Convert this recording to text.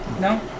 No